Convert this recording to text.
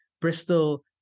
Bristol